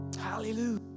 hallelujah